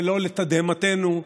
ולא לתדהמתנו,